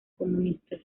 comunistas